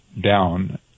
down